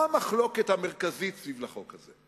מה המחלוקת המרכזית סביב לחוק הזה?